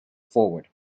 forward